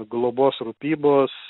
globos rūpybos